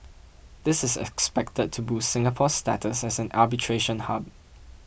this is expected to boost Singapore's status as an arbitration hub